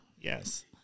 Yes